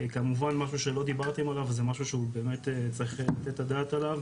כמובן משהו שלא דיברתם עליו זה משהו שבאמת צריך לתת את הדעת עליו,